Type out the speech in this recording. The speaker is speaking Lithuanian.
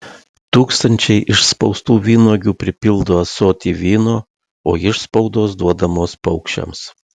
tūkstančiai išspaustų vynuogių pripildo ąsotį vyno o išspaudos duodamos paukščiams